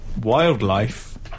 wildlife